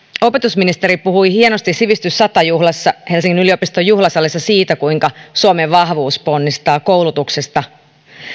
opetusministeri puhui hienosti sivistys sadassa juhlassa helsingin yliopiston juhlasalissa siitä kuinka suomen vahvuus ponnistaa koulutuksesta